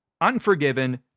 Unforgiven